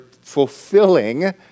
fulfilling